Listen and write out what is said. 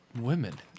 women